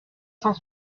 cent